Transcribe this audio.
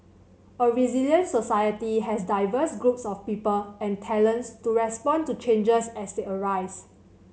a resilient society has diverse groups of people and talents to respond to changes as they arise